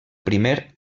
primer